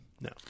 No